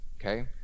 okay